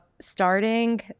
starting